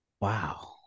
Wow